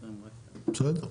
בסדר.